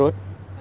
here only right